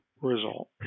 result